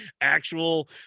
actual